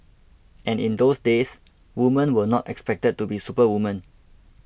and in those days women were not expected to be superwomen